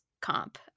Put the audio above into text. comp